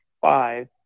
five